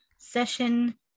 session